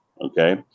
okay